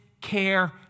care